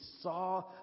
saw